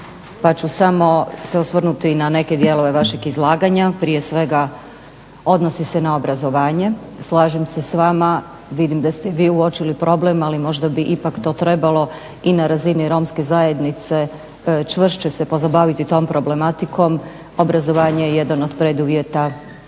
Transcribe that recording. pa ću samo se osvrnuti na neke dijelove vašeg izlaganja. Prije svega odnosi se na obrazovanje. Slažem se s vama, vidim da ste i vi uočili problem ali možda bi ipak to trebalo i na razini romske zajednice čvršće se pozabaviti tom problematikom. Obrazovanje je jedan od preduvjeta